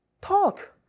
Talk